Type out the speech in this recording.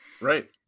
right